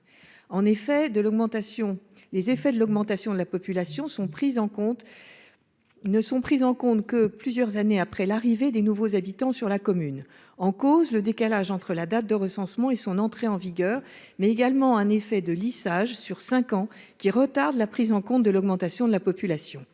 En effet, les effets de l'augmentation de la population ne sont pris en compte que plusieurs années après l'arrivée des nouveaux habitants sur la commune. Sont en cause le décalage entre la date de recensement et son entrée en vigueur, mais également un effet de lissage sur cinq ans, qui retarde la prise en compte de l'augmentation de la population.